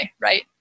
right